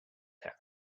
there